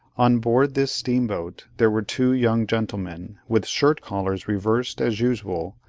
on board this steamboat, there were two young gentlemen, with shirt-collars reversed as usual,